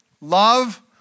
love